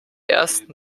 ersten